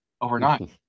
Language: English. overnight